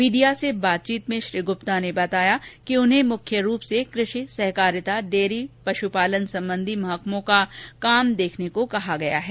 media से बातचीत में श्री ग्रप्ता ने बताया कि उन्हें मुख्यरूप से कृषि सहकारिता डेयरी पशुपालन संबंधी महकमों के काम देखने को कहा गया है